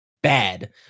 bad